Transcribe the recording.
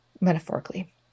metaphorically